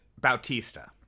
Bautista